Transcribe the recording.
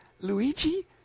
Luigi